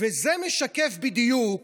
וזה משקף בדיוק